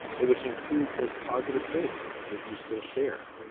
but which includes those positive things that you still share